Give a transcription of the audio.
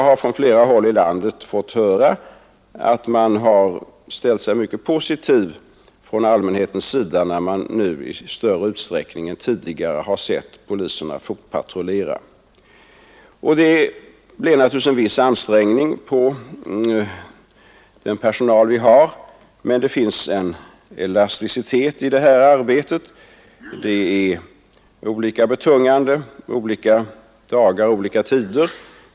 Från flera håll i landet har jag fått höra att man ställt sig mycket positiv från allmänhetens sida när man i större utsträckning än tidigare sett poliserna fotpatrullera. Naturligtvis blir det en viss ansträngning av den personal vi har, men det finns en viss elasticitet i detta arbete; olika dagar och olika tider är det olika betungande.